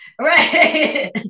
right